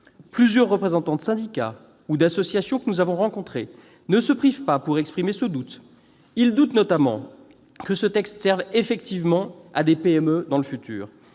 plusieurs représentants de syndicats ou d'associations que nous avons rencontrés ne s'en privent pas. Ils doutent notamment que ce texte serve effectivement à des PME dans le futur